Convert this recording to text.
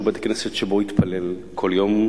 שהוא בית-הכנסת שבו הוא התפלל כל יום,